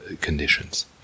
conditions